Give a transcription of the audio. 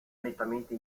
nettamente